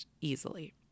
easily